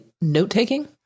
note-taking